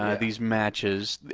these matches,